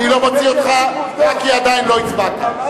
אני לא מוציא אותך רק כי עדיין לא הצבעת.